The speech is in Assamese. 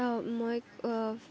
মই